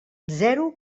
zero